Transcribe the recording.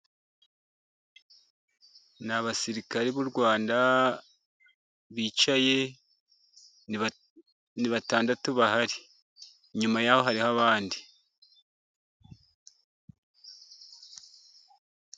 Ni abasirikare b'u Rwanda bicaye, ni batandatu bahari inyuma y'aho hariho abandi.